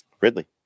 Ridley